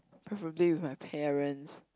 preferably with my parents